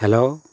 hello